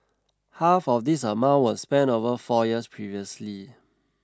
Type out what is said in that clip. half of this amount was spent over four years previously